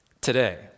today